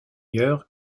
jörg